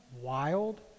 wild